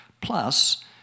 Plus